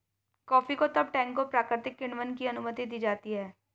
coffee को तब टैंकों प्राकृतिक किण्वन की अनुमति दी जाती है